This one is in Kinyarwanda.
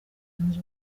zunze